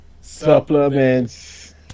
Supplements